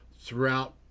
throughout